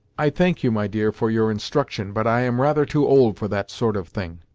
i thank you, my dear, for your instruction, but i am rather too old for that sort of thing.